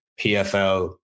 PFL